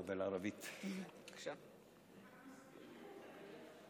(אומר דברים בשפה הערבית, להלן תרגומם: